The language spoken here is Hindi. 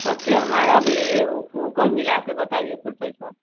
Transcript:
हमारा भी है ऊ ऊ क मिलाकर बताइए फूल पैसा